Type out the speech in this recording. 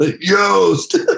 Yost